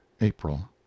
april